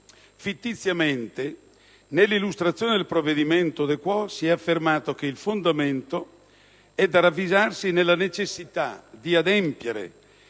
Fittiziamente, nell'illustrazione del provvedimento *de quo* si è affermato che il suo fondamento è da ravvisarsi nella necessità di adempiere